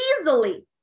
easily